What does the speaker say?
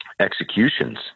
executions